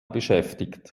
beschäftigt